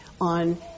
on